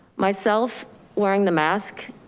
myself wearing the mask.